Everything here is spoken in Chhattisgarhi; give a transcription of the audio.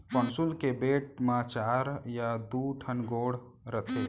पौंसुल के बेंट म चार या दू ठन गोड़ रथे